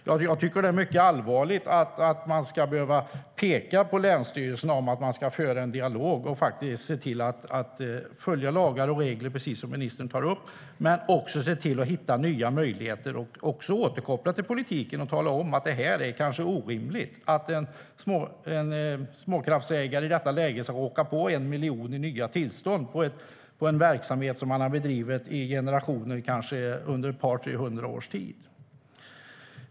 Jag tycker att det är mycket allvarligt att man ska behöva påpeka för länsstyrelserna att de ska föra en dialog och se till att följa lagar och regler, precis som ministern tar upp, men också se till att hitta möjligheter och återkoppla till politiken och tala om att det kanske är orimligt att en småkraftsägare i detta läge ska åka på 1 miljon för nya tillstånd för en verksamhet som man har bedrivit i generationer, kanske under ett par tre hundra års tid.